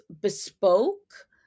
bespoke